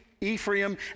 Ephraim